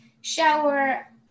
shower